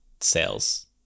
sales